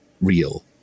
real